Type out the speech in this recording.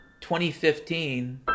2015